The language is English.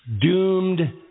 doomed